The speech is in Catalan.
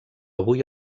avui